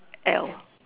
Elle